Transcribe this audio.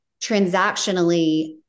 transactionally